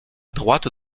droite